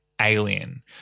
alien